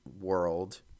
world